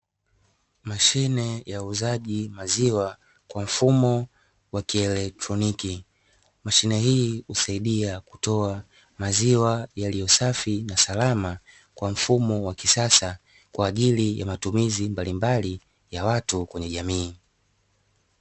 Mashine ya uuzaji maziwa kwa mfumo wa kielektroniki. Mashine hii husaidia kutoa maziwa yaliyo safi na salama kwa mfumo wa kisasa kwa ajili ya matumizi mbalimbali ya watu kwenye jamii.